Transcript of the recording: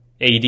AD